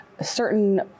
Certain